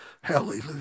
Hallelujah